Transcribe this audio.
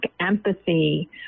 empathy